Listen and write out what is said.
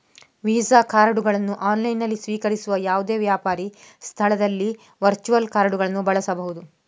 visa ಕಾರ್ಡುಗಳನ್ನು ಆನ್ಲೈನಿನಲ್ಲಿ ಸ್ವೀಕರಿಸುವ ಯಾವುದೇ ವ್ಯಾಪಾರಿ ಸ್ಥಳದಲ್ಲಿ ವರ್ಚುವಲ್ ಕಾರ್ಡುಗಳನ್ನು ಬಳಸಬಹುದು